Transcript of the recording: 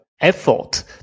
effort